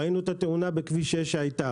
ראינו את התאונה שהייתה בכביש 6,